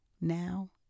now